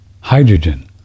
hydrogen